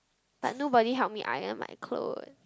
but nobody help me iron my clothes